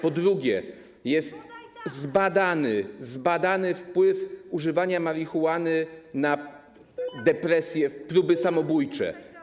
Po drugie, jest zbadany wpływ używania marihuany na depresję, próby samobójcze.